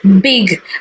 big